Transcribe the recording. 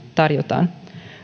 tarjotaan